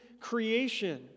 creation